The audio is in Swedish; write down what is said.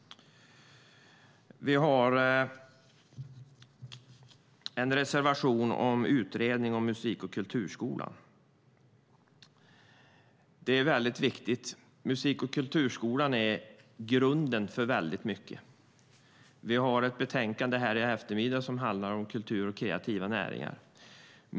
Vi har en reservation om utredning av musik och kulturskolan. Musik och kulturskolan är grunden för mycket. I eftermiddag debatterar vi ett betänkande som handlar om kultur och kreativa näringar.